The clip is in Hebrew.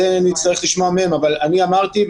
את זה נצטרך לשמוע מהם אבל אני אמרתי,